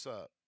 up